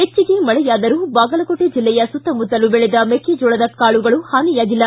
ಹೆಚ್ಚಿಗೆ ಮಳೆಯಾದರೂ ಬಾಗಲಕೋಟೆ ಜಿಲ್ಲೆಯ ಸುತ್ತಮುತ್ತಲು ಬೆಳೆದ ಮೆಕ್ಕೆಜೋಳದ ಕಾಳುಗಳು ಹಾನಿಯಾಗಿಲ್ಲ